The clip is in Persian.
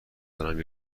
دارم